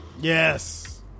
Yes